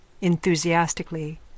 enthusiastically